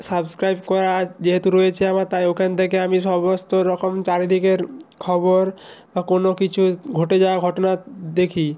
subscribe করা যেহেতু রয়েছে আমার তাই ওখান থেকে আমি সমস্ত রকম চারিদিকের খবর বা কোনো কিছু ঘটে যাওয়া ঘটনা দেখি